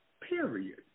Period